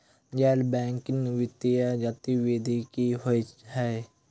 गैर बैंकिंग वित्तीय गतिविधि की होइ है?